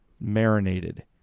marinated